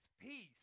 peace